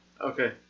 Okay